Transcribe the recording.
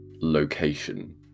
location